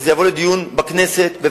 שזה יבוא לדיון בכנסת,